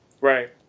Right